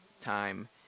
time